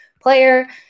player